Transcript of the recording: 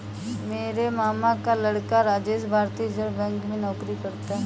मेरे मामा का लड़का राजेश भारतीय रिजर्व बैंक में नौकरी करता है